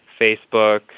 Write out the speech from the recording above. facebook